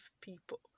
people